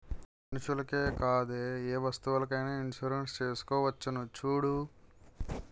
మనుషులకే కాదే ఏ వస్తువులకైన ఇన్సురెన్సు చేసుకోవచ్చును చూడూ